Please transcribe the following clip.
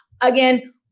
again